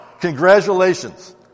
Congratulations